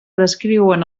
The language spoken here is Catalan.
descriuen